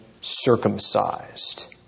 circumcised